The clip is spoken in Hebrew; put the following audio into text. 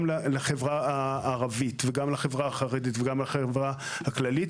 גם לחברה הערבית וגם לחברה החרדית וגם לחברה הכללית,